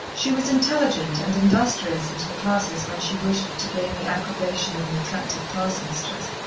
she was intelligent and industrious at her classes when she wished to gain the approbation of an attractive class-mistress,